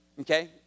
Okay